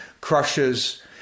Crushes